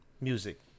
music